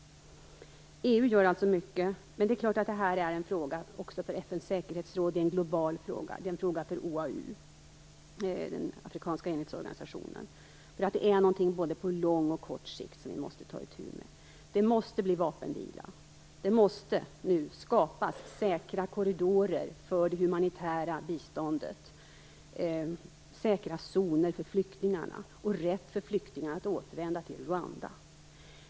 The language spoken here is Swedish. EU gör alltså mycket, men det är klart att detta även är en fråga för FN:s säkerhetsråd. Det är en global fråga. Det är en fråga för OAU, den afrikanska enhetsorganisationen. Vi måste ta itu med detta på både lång och kort sikt. Det måste bli vapenvila. Det måste nu skapas säkra korridorer för det humanitära biståndet, säkra zoner för flyktingarna och rätt för flyktingar att återvända till Rwanda.